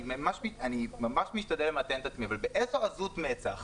אני ממש משתדל למתן את עצמי אבל באיזו עזות מצח